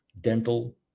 dental